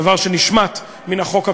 דבר שנשמט מהחוק הקודם.